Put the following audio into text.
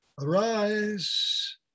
arise